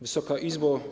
Wysoka Izbo!